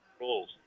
rules